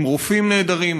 עם רופאים נהדרים,